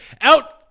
out